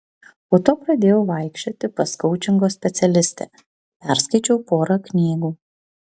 po to pradėjau vaikščioti pas koučingo specialistę perskaičiau porą knygų